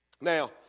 Now